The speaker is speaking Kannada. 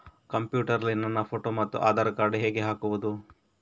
ಕಂಪ್ಯೂಟರ್ ನಲ್ಲಿ ನನ್ನ ಫೋಟೋ ಮತ್ತು ಆಧಾರ್ ಕಾರ್ಡ್ ಹೇಗೆ ಹಾಕುವುದು?